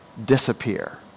disappear